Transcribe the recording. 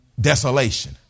desolation